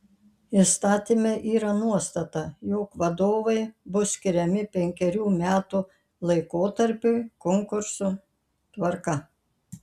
įstatyme yra nuostata jog vadovai bus skiriami penkerių metų laikotarpiui konkurso tvarka